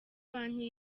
banki